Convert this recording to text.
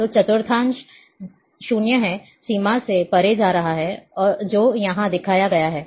तो चतुर्थांश 0 है सीमा से परे जा रहा है जो यहां दिखाया गया है